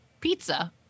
pizza